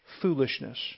foolishness